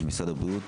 של משרד הבריאות